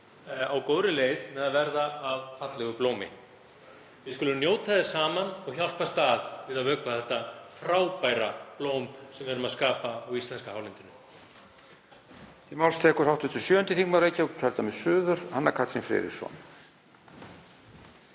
á góðri leið með að verða að fallegu blómi. Við skulum njóta þess saman og hjálpast að við að vökva þetta frábæra blóm sem við erum að skapa á íslenska hálendinu.